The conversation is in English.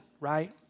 right